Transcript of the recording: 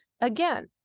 again